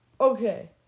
Okay